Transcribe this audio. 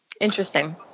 Interesting